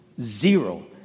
zero